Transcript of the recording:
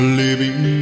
living